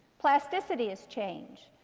plasticity is change.